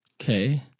Okay